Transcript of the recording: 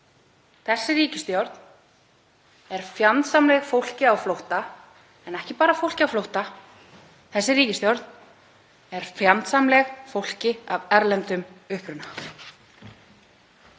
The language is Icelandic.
Þessi ríkisstjórn er fjandsamleg fólki á flótta en ekki bara fólki á flótta, þessi ríkisstjórn er fjandsamleg fólki af erlendum uppruna.